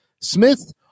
Smith